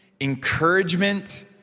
encouragement